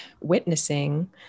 witnessing